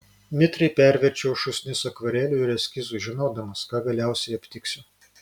mitriai perverčiau šūsnis akvarelių ir eskizų žinodamas ką galiausiai aptiksiu